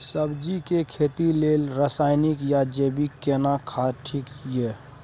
सब्जी के खेती लेल रसायनिक या जैविक केना खाद ठीक ये?